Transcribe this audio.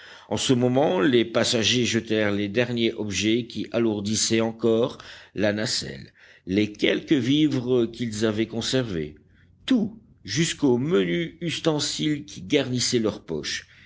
en ce moment les passagers jetèrent les derniers objets qui alourdissaient encore la nacelle les quelques vivres qu'ils avaient conservés tout jusqu'aux menus ustensiles qui garnissaient leurs poches